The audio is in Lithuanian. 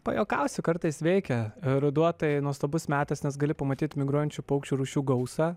pajuokausiu kartais veikia ruduo tai nuostabus metas nes gali pamatyt migruojančių paukščių rūšių gausą